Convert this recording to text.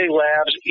labs